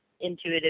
intuitive